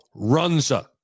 Runza